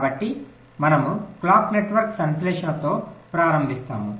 కాబట్టి మనము clock network సంశ్లేషణతో ప్రారంభిస్తాము